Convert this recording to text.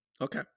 Okay